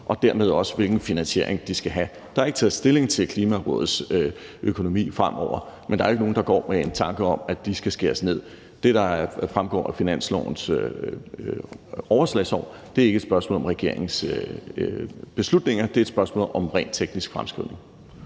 og dermed også, hvilken finansiering de skal have. Der er ikke taget stilling til Klimarådets økonomi fremover, men der er jo ikke nogen, der går med en tanke om, at de skal skæres ned. Det, der fremgår om finanslovens overslagsår, er ikke et spørgsmål om regeringens beslutninger; der er tale om en rent teknisk fremskrivning.